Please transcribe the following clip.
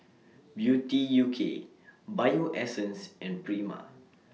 Beauty U K Bio Essence and Prima